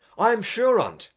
i am sure on't,